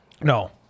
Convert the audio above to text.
No